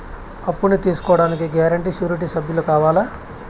అప్పును తీసుకోడానికి guarantee, surety సభ్యులు కావాలా?